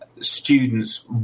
students